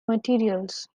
materials